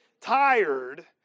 tired